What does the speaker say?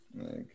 Okay